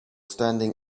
standing